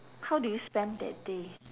how do you spend that day